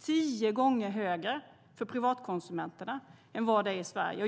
tio gånger högre för privatkonsumenterna än vad det är i Sverige.